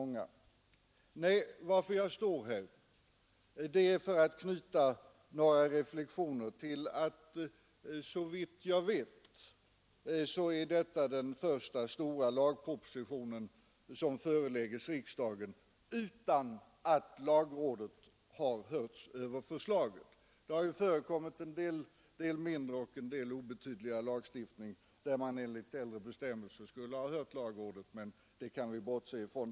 Nej, att jag står här beror på att jag vill knyta några reflexioner till att detta, såvitt jag vet, är den första stora lagproposition som föreläggs riksdagen utan att lagrådet har hörts över förslaget. Det har ju förekommit en del obetydlig lagstiftning, där man enligt äldre bestämmelser skulle ha hört lagrådet, men det kan vi bortse ifrån.